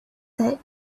that